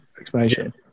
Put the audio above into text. explanation